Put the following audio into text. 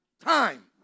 Time